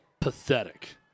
pathetic